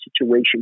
situation